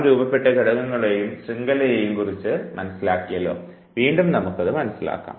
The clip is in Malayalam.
നാം രൂപപ്പെട്ട ഘടകങ്ങളെയും ശൃംഖലയെയും കുറിച്ച് മനസ്സിലാക്കിയല്ലോ വീണ്ടും നമുക്കത് മനസ്സിലാക്കാം